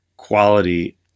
quality